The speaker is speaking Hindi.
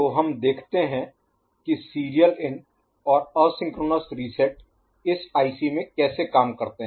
तो हम देखते हैं कि सीरियल इन और असिंक्रोनस रीसेट इस आईसी में कैसे काम करते हैं